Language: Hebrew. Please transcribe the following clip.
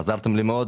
עזרתם לי מאוד,